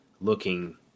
looking